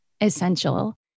essential